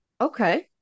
Okay